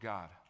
God